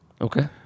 Okay